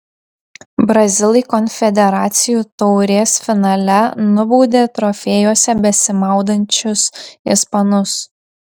brazilai konfederacijų taurės finale nubaudė trofėjuose besimaudančius ispanus